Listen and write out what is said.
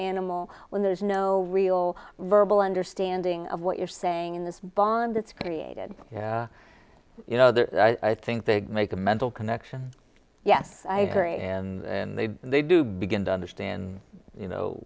animal when there's no real verbal understanding of what you're saying in this bond that's created you know there i think they make a mental connection yes i agree and they they do begin to understand you know